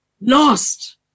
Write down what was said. lost